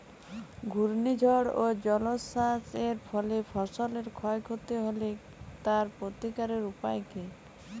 ঘূর্ণিঝড় ও জলোচ্ছ্বাস এর ফলে ফসলের ক্ষয় ক্ষতি হলে তার প্রতিকারের উপায় কী?